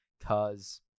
Cause